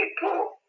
people